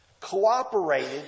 cooperated